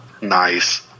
Nice